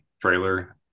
trailer